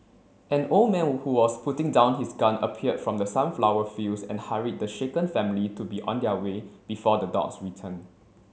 an old man who was putting down his gun appeared from the sunflower fields and hurried the shaken family to be on their way before the dogs return